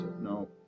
No